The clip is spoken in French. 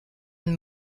une